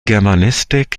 germanistik